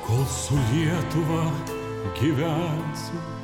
kol su lietuva gyvensim